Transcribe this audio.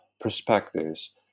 perspectives